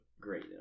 great